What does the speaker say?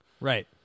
Right